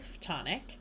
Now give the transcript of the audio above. Tonic